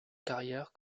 carrière